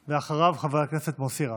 ואחריו, חבר הכנסת מוסי רז.